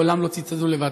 לעולם לא תצעדו לבד.